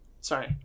sorry